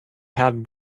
had